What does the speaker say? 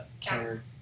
counter